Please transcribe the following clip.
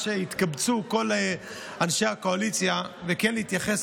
שיתקבצו כל אנשי הקואליציה וכן אתייחס.